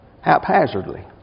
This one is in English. haphazardly